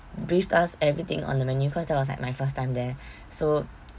briefed us everything on the menu cause that was like my first time there so